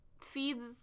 feeds